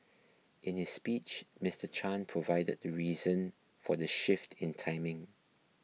in his speech Mister Chan provided the reason for the shift in timing